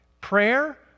prayer